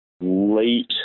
late